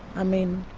i mean,